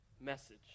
message